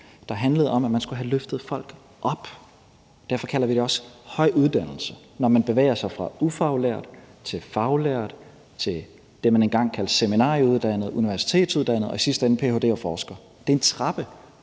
der handlede om, at man skulle have løftet folk op. Derfor kalder vi det også høj uddannelse, når man bevæger sig fra ufaglært til faglært, til det, man engang kaldte seminarieuddannet, til universitetsuddannet og til i sidste ende at tage en ph.d. og blive forsker. Det er en trappe,